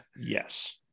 Yes